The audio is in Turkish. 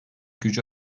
gücü